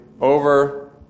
over